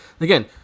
Again